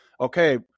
okay